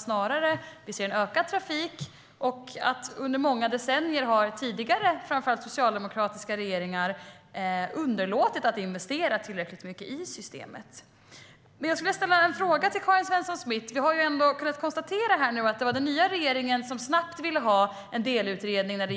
Snarare beror svårigheterna på en ökad trafik och på att framför allt socialdemokratiska regeringar under många decennier underlåtit att investera tillräckligt mycket i systemet. Jag skulle vilja ställa en fråga till Karin Svensson Smith. Vi har kunnat konstatera att det var den nya regeringen som snabbt ville ha en delutredning om